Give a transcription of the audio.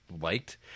liked